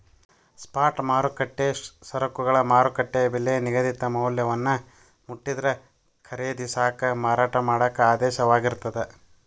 spot ಮಾರುಕಟ್ಟೆ ಸರಕುಗಳ ಮಾರುಕಟ್ಟೆ ಬೆಲಿ ನಿಗದಿತ ಮೌಲ್ಯವನ್ನ ಮುಟ್ಟಿದ್ರ ಖರೇದಿಸಾಕ ಮಾರಾಟ ಮಾಡಾಕ ಆದೇಶವಾಗಿರ್ತದ